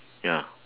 ya